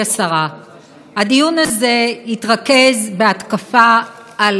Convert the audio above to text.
הדיון הזה התרכז בהתקפה על שרת המשפטים,